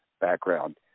background